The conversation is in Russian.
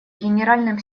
генеральным